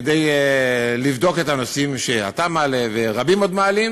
כדי לבדוק את הנושאים שאתה מעלה ועוד רבים מעלים,